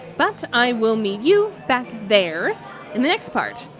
but i will meet you back there in the next part.